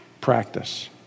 practice